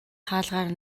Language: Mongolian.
хаалгаар